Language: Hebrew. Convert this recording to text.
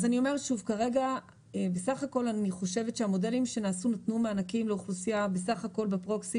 כרגע אני חושבת שבסך הכול המודלים שנעשו נתנו מענקים לאוכלוסייה בפרוקסי